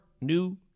New